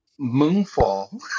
Moonfall